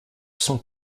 cent